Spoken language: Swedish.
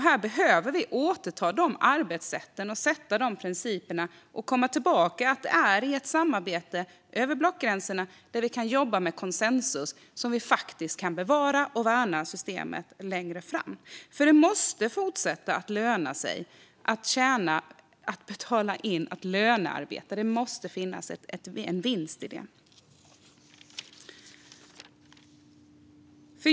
Här behöver vi återta arbetssätt och principer och komma tillbaka till att det är i ett samarbete över blockgränserna där vi kan jobba med konsensus som vi faktiskt kan bevara och värna systemet längre fram. Det måste fortsätta att löna sig att lönearbeta och betala in till systemet. Det måste finnas en vinst.